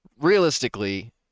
realistically